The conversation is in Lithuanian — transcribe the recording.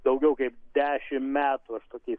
daugiau kaip dešimt metų aš tokiais